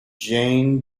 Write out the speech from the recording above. jane